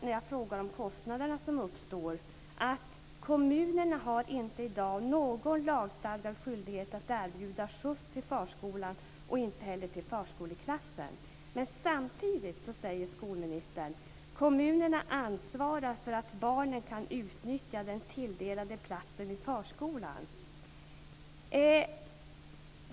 På frågan om dessa kostnader svarar skolministern att kommunerna i dag inte har någon lagstadgad skyldighet att erbjuda skjuts till förskolan och inte heller till förskoleklassen. Samtidigt säger skolministern att kommunerna ansvarar för att barnen kan utnyttja den tilldelade platsen i förskolan.